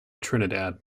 trinidad